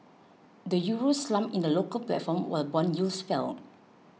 the Euro slumped in the local platform while bond yields fell